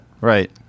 Right